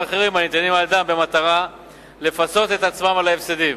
אחרים הניתנים על-ידיהם במטרה לפצות את עצמם על ההפסדים.